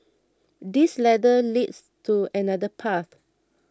this ladder leads to another path